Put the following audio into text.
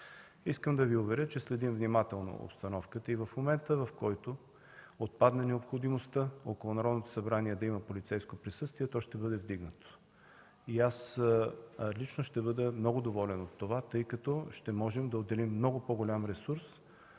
Искам да Ви уверя, че следим внимателно обстановката и в момента, в който отпадне необходимостта около Народното събрание да има полицейско присъствие, то ще бъде вдигнато. Аз лично ще бъда много доволен от това, тъй като ще можем да отделим много по-голям ресурс